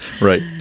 Right